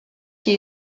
she